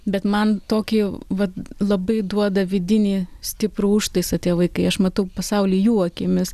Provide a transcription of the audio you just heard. bet man tokį vat labai duoda vidinį stiprų užtaisą tie vaikai aš matau pasaulį jų akimis